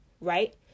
right